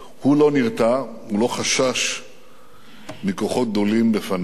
הוא לא נרתע, הוא לא חשש מכוחות גדולים בפניו.